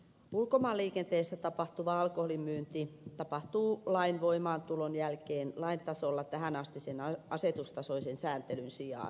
ulkomaanliikenteessä tapahtuva alkoholin myynti tapahtuu lain voimaantulon jälkeen lain tasolla tähänastisen asetustasoisen sääntelyn sijaan